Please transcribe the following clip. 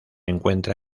encuentra